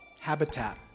Habitat